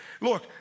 Look